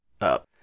up